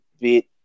bit